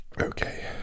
Okay